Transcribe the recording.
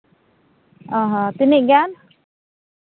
ᱚ ᱦᱚᱸ ᱛᱤᱱᱟᱹᱜ ᱜᱟᱱ